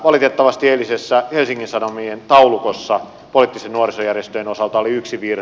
valitettavasti eilisessä helsingin sanomien taulukossa poliittisten nuorisojärjestöjen osalta oli yksi virhe